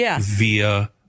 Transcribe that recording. via